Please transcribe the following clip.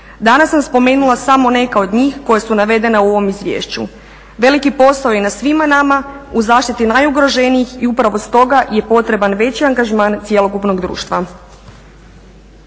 Danas sam spomenula samo neka od njih koja su navedena u ovom izviješću. Veliki posao je na svima nama u zaštiti najugroženijih i upravo stoga je potreban veći angažman cjelokupnog društva.